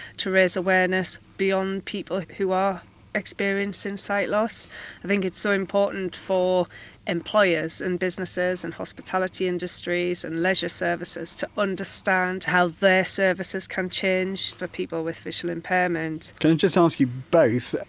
to raise awareness beyond people who are experienced in sight loss. i think it's so important for employers and businesses and hospitality industries and leisure services to understand how their services can change for people with visual impairment can i just ask you both,